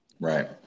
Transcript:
right